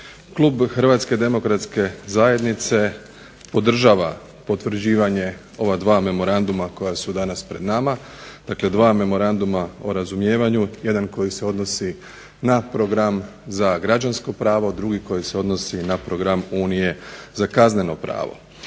Klub HDZ-a podržava potvrđivanje ova dva memoranduma koja su danas pred nama, dakle dva memoranduma o razumijevanju. Jedan koji se odnosi na program za građansko pravo, drugi koji se odnosi na program Unije za kazneno pravo.